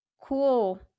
cool